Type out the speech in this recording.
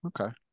Okay